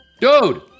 Dude